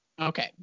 Okay